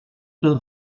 del